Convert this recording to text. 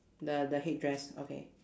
the the headdress okay